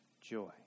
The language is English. joy